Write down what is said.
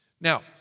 Now